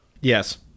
Yes